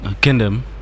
kingdom